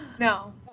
No